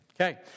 Okay